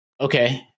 okay